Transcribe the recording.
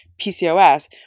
PCOS